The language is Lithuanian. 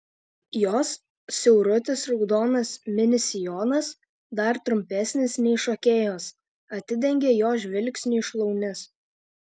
jos siaurutis raudonas mini sijonas dar trumpesnis nei šokėjos atidengia jo žvilgsniui šlaunis